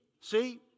See